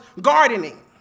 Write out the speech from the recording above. gardening